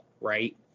right